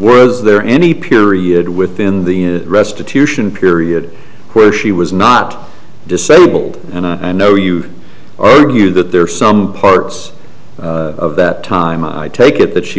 worth is there any period within the restitution period where she was not disabled and i know you argue that there are some parts of that time i take it that she